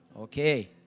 Okay